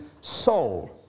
soul